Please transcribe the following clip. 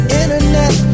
internet